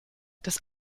das